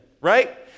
right